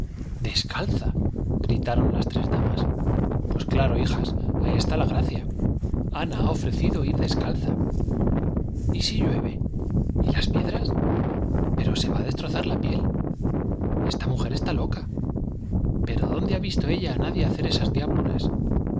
descalza gritaron las tres damas pues claro hijas ahí está la gracia ana ha ofrecido ir descalza y si llueve y las piedras pero se va a destrozar la piel esa mujer está loca pero dónde ha visto ella a nadie hacer esas diabluras